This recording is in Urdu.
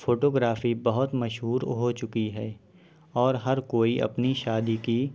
فوٹوگرافی بہت مشہور ہو چکی ہے اور ہر کوئی اپنی شادی کی